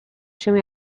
się